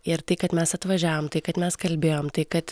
ir tai kad mes atvažiavom tai kad mes kalbėjom tai kad